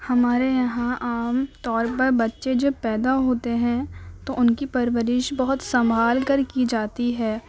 ہمارے یہاں عام طور پر بچے جب پیدا ہوتے ہیں تو ان کی پرورش بہت سنبھال کر کی جاتی ہے